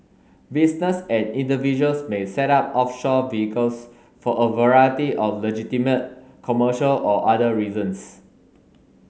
business and individuals may set up offshore vehicles for a variety of legitimate commercial or other reasons